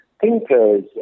thinkers